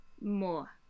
more